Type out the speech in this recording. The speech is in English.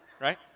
Right